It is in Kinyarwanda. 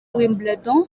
wimbledon